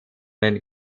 den